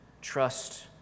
trust